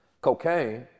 cocaine